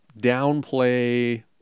downplay